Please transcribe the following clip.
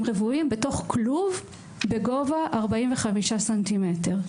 רבועים בתוך כלוב בגובה 45 סנטימטרים.